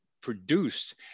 produced